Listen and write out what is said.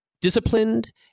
disciplined